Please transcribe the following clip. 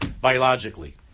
biologically